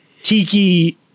tiki